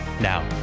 Now